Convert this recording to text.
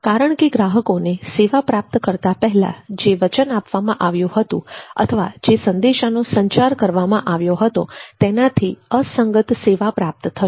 કારણ કે ગ્રાહકોને સેવા પ્રાપ્ત કરતાં પહેલાં જે વચન આપવામાં આવ્યું હતું અથવા જે સંદેશાનો સંચાર કરવામાં આવ્યો હતો તેનાથી અસંગત સેવા પ્રાપ્ત થશે